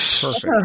Perfect